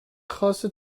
خاص